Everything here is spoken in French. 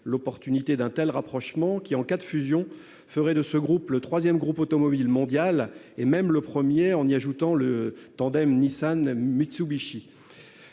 l'opportunité d'un tel rapprochement, qui, en cas de fusion, ferait de la nouvelle entité le troisième groupe automobile mondial, et même le premier en y ajoutant le tandem Nissan-Mitsubishi.